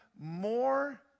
more